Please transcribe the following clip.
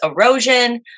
erosion